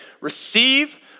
receive